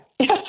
Yes